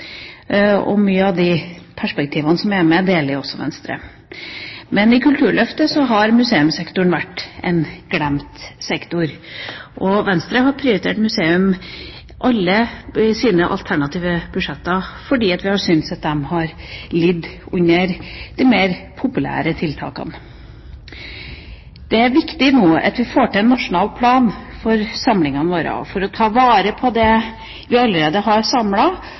står mye vakkert om museum i meldingen, og mange av de perspektivene som er med, deler også Venstre. Men i Kulturløftet har museumssektoren vært en glemt sektor. Venstre har prioritert museum i alle sine alternative budsjetter fordi vi har syntes at de har lidd under de mer populære tiltakene. Det er viktig nå at vi får til en nasjonal plan for samlingene våre – for å ta vare på det vi allerede har